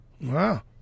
Wow